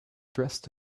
dressed